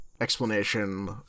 explanation